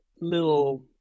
little